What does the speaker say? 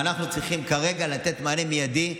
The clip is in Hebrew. כרגע אנחנו צריכים לתת מענה מיידי.